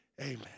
Amen